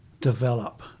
develop